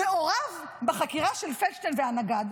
מעורב בחקירה של פלדשטיין והנגד,